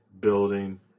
building